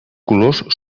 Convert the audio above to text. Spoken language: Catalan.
colors